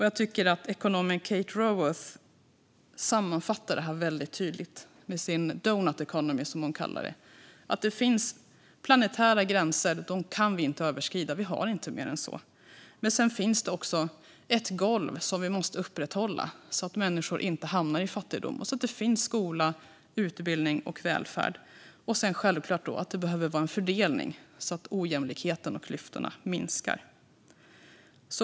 Jag tycker att ekonomen Kate Raworth sammanfattar det väldigt tydligt med sin doughnut economy, som hon kallar den, att det finns planetära gränser som vi inte kan överskrida, för vi har inte mer än så. Men sedan finns det också ett golv som vi måste upprätthålla, så att människor inte hamnar i fattigdom och så att det finns skola, utbildning och välfärd. Och självklart behövs en fördelning så att ojämlikheten och klyftorna minskar.